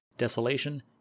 desolation